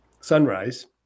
sunrise